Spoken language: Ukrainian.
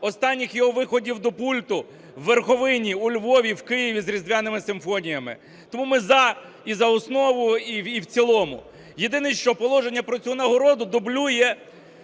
останніх його виходів до пульту у Верховині, у Львові, в Києві з "Різдвяними симфоніями". Тому ми "за" і за основу, і в цілому. Єдине що, положення про цю нагороду дублює